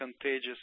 contagious